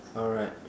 alright